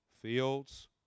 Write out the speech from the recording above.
Fields